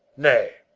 nay,